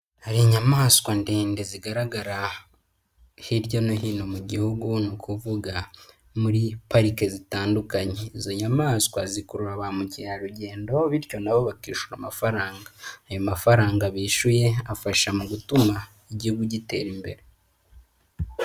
Hari inyamaswa ndende zigaragara hirya no hino mu gihugu ni ukuvuga muri parike zitandukanye, izo nyamaswa zikurura ba mukerarugendo bityo nabo bakishyura amafaranga, ayo mafaranga bishyuye afasha mu gutuma igihugu gitera imbere.